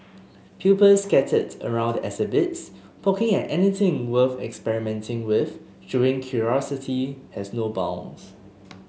pupils scattered around the exhibits poking at anything worth experimenting with showing curiosity has no bounds